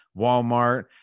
Walmart